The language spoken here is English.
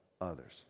others